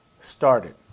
started